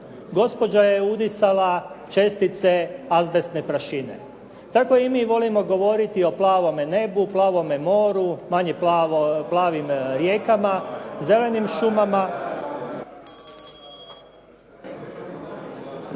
Gospođa je udisala čestice azbestne prašina. Tako i mi volimo govoriti o plavome nebu, plavome moru, manje plavim rijekama, zelenim šumama.